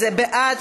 אז בעד,